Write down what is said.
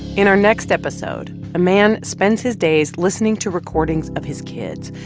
in our next episode, a man spends his days listening to recordings of his kids.